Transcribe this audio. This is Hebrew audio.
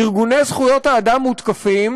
ארגוני זכויות האדם מותקפים,